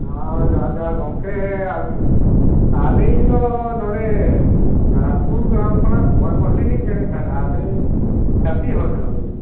ᱦᱮᱸ ᱡᱚᱦᱟᱨ ᱡᱚᱦᱟᱨ ᱜᱚᱢᱠᱮ ᱟᱹᱞᱤᱧ ᱫᱚ ᱱᱚᱰᱮ ᱛᱟᱨᱟᱥᱯᱩᱨ ᱜᱨᱟᱢ ᱠᱷᱚᱱᱟᱜ ᱠᱩᱢᱟᱨ ᱢᱟᱦᱞᱤ ᱞᱤᱧ ᱢᱮᱱᱮᱫ ᱛᱟᱦᱮᱱᱟ ᱟᱹᱞᱤᱧ ᱪᱟᱹᱥᱤ ᱦᱚᱲ ᱠᱟᱱᱟᱞᱤᱧ